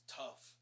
tough